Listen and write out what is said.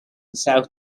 south